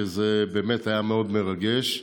שזה באמת היה מאוד מרגש.